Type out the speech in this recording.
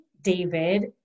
David